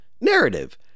narrative